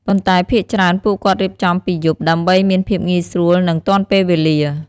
ប៉ុន្តែភាគច្រើនពួកគាត់រៀបចំពីយប់ ដើម្បីមានភាពងាយស្រួលនិងទាន់ពេលវេលា។